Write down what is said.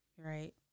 Right